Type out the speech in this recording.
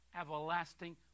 everlasting